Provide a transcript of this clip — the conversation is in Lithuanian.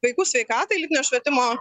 vaikų sveikatai lytinio švietimo